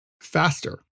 faster